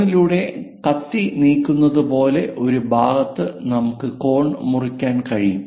കോണിലൂടെ കത്തി നീക്കുന്നതുപോലെയുള്ള ഒരു ഭാഗത്ത് നമുക്ക് കോൺ മുറിക്കാൻ കഴിയും